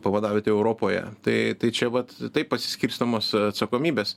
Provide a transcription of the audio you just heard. vadavietė europoje tai tai čia vat taip pasiskirstomos atsakomybės